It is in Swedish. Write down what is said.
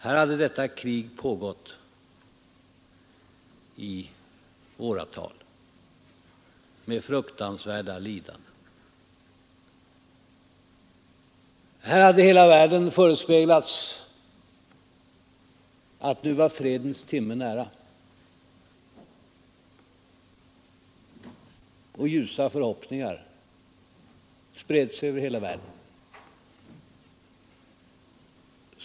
Här hade detta krig pågått i åratal, med fruktansvärda lidanden som följd. Här hade hela världen förespeglats att nu var fredens timme nära, och ljusa förhoppningar spred sig över hela världen.